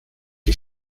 die